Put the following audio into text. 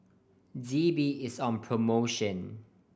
D B is on promotion